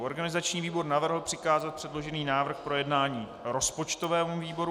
Organizační výbor navrhl přikázat předložený návrh k projednání rozpočtovému výboru.